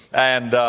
and,